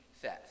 says